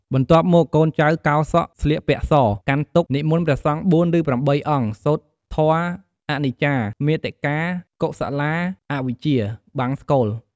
បន្ទាប់មកកូនចៅកោរសក់ស្លៀកពាក់ស កាន់ទុក្ខ និមន្តព្រះសង្ឃ ៤ ឬ៨អង្គ សូត្រធម៌អនិច្ចា មាតិកា កុសលា អវិជ្ជា បង្សុកូល ។